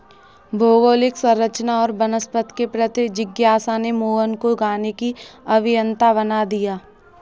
भौगोलिक संरचना और वनस्पति के प्रति जिज्ञासा ने मोहन को गाने की अभियंता बना दिया